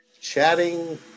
chatting